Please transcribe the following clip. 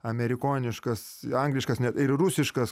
amerikoniškas angliškas net ir rusiškas